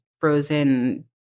frozen